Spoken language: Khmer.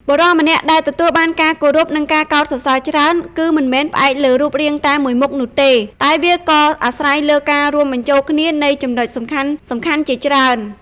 បុរសម្នាក់ដែលទទួលបានការគោរព និងការកោតសរសើរច្រើន គឺមិនមែនផ្អែកលើរូបរាងតែមួយមុខនោះទេ តែវាក៏អាស្រ័យលើការរួមបញ្ចូលគ្នានៃចំណុចសំខាន់ៗជាច្រើន។